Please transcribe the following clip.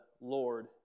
Lord